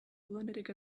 lunatic